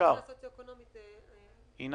אין